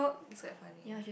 it's quite funny ah